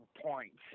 points